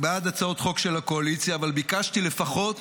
בעד הצעות חוק של הקואליציה, אבל ביקשתי לפחות